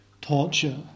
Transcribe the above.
torture